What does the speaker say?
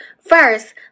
First